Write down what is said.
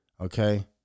Okay